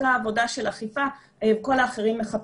אותה עבודה של אכיפה שכל האחרים מחפשים.